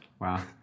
Wow